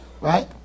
Right